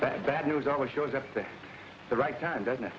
that bad news always shows up to the right time doesn't it